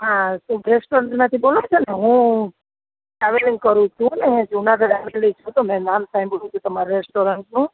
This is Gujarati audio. હા રેસ્ટોરન્ટમાંથી બોલો છો હું ટ્રાવેલિંગ કરું છું ને જૂનાગઢ આવેલી છું ને નામ હાઈભડું છે તમારા રેસ્ટોરન્ટનું